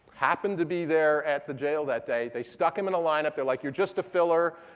happened to be there at the jail that day. they stuck him in a lineup. they're like, you're just a filler.